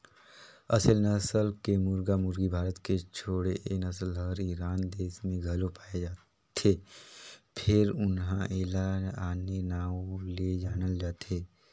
असेल नसल के मुरगा मुरगी भारत के छोड़े ए नसल हर ईरान देस में घलो पाये जाथे फेर उन्हा एला आने नांव ले जानल जाथे